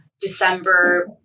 December